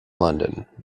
london